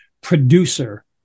producer